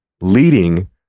Leading